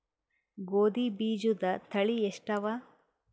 ಗೋಧಿ ಬೀಜುದ ತಳಿ ಎಷ್ಟವ?